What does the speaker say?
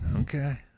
Okay